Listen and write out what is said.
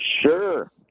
Sure